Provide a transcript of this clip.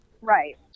right